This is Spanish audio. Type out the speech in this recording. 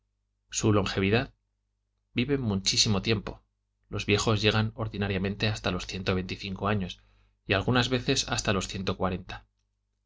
su longevidad viven muchísimo tiempo los viejos llegan ordinariamente hasta los ciento veinticinco años y algunas veces hasta los ciento cuarenta